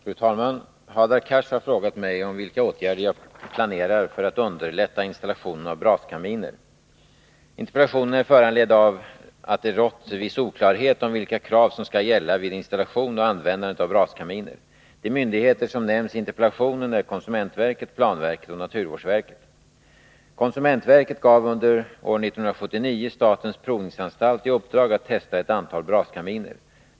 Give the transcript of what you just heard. Fru talman! Hadar Cars har frågat mig om vilka åtgärder jag planerar för att underlätta installationen av braskaminer. Interpellationen är föranledd av att det rått viss oklarhet om vilka krav som skall gälla vid installation och användning av braskaminer. De myndigheter som nämns i interpellationen är konsumentverket, planverket och naturvårdsverket. Konsumentverket gav under år 1979 statens provningsanstalt i uppdrag att testa ett antal braskaminer.